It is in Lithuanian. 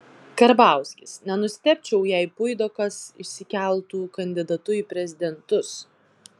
karbauskis nenustebčiau jei puidokas išsikeltų kandidatu į prezidentus